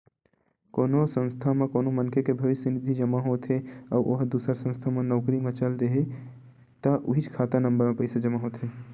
कोनो संस्था म कोनो मनखे के भविस्य निधि जमा होत हे अउ ओ ह दूसर संस्था म नउकरी म चल देथे त उहींच खाता नंबर म पइसा जमा होथे